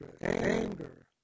anger